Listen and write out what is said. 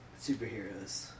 superheroes